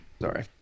sorry